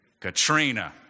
Katrina